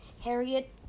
Harriet